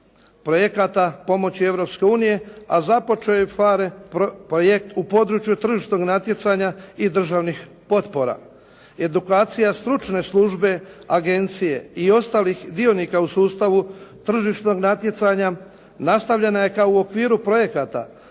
projekata pomoći Europske unije, a započeo je i PHARE projekt u području tržišnog natjecanja i državnih potpora. Edukacija stručne službe agencije i ostalih sudionika u sustavu tržišnog natjecanja nastavljena je kao u okviru projekata